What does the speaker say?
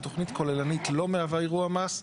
והתוכנית הכוללנית לא מהווה אירוע מס.